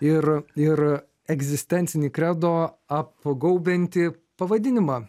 ir ir egzistencinį kredo apgaubiantį pavadinimą